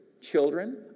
children